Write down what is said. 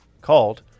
called